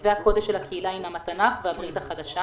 כתבי הקודש של הקהילה הינם התנ"ך והברית החדשה,